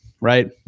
right